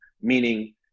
meaning